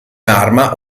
arma